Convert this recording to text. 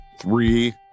three